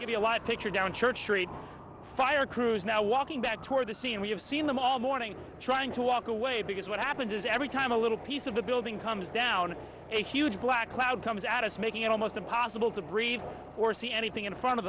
evacuate a live picture down church street fire crews now walking back toward the scene we have seen them all morning trying to walk away because what happened is every time a little piece of the building comes down a huge black cloud comes out it's making it almost impossible to breathe or see anything in front of